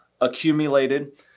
accumulated